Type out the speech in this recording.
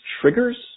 triggers